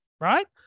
right